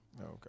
Okay